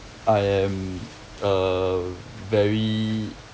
I am a very